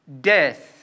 death